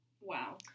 Wow